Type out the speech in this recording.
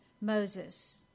Moses